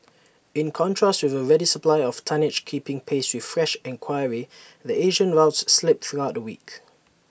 in contrast with A ready supply of tonnage keeping pace with fresh enquiry the Asian rouse slipped throughout the week